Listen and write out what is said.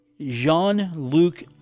Jean-Luc